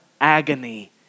agony